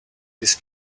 this